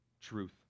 truth